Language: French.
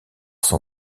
son